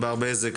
ענבר בזק,